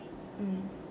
mm